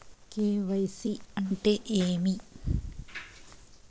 KYC అంటే ఏమి?